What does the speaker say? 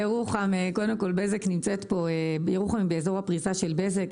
ירוחם היא באזור הפריסה של בזק.